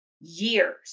years